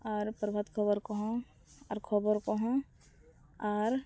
ᱟᱨ ᱯᱨᱚᱵᱷᱟᱛ ᱠᱷᱚᱵᱚᱨ ᱠᱚᱦᱚᱸ ᱟᱨ ᱠᱷᱚᱵᱚᱨ ᱠᱚᱦᱚᱸ ᱟᱨ